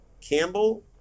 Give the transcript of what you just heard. Campbell